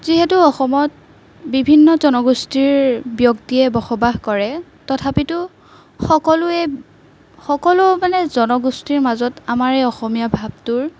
যিহেতু অসমত বিভিন্ন জনগোষ্ঠীৰ ব্যক্তিয়ে বসবাস কৰে তথাপিতো সকলোৱে সকলো মানে জনগোষ্ঠীৰ মাজত আমাৰ এই অসমীয়া ভাৱটোৰ